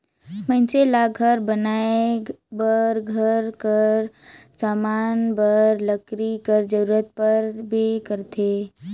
मइनसे ल घर बनाए बर, घर कर समान बर लकरी कर जरूरत परबे करथे